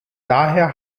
daher